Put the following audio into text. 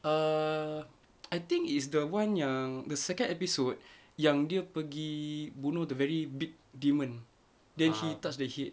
err I think is the one yang the second episode yang dia pergi bunuh the very big demon then he touch the head